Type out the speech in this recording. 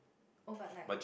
oh but like